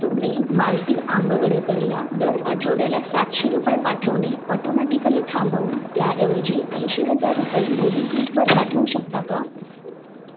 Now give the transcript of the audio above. तुम्ही मालती आंबवडेकरला दर आठवड्याला सातशे रुपये पाठवणे ऑटोमॅटिकली थांबवून त्याऐवजी ऐंशी हजार रुपये मोबिक्विकवर पाठवू शकता का